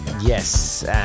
Yes